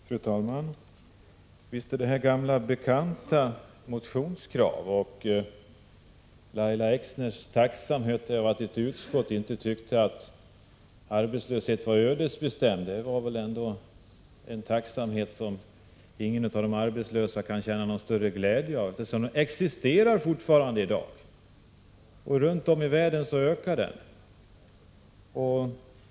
Fru talman! Visst rör det sig om gamla bekanta motionskrav. Lahja Exners tacksamhet över att utskottet inte tyckte att arbetslösheten var ödesbestämd är väl ändå något som ingen av de arbetslösa i dag kan känna någon glädje över. Runt om i världen ökar arbetslösheten.